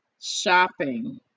shopping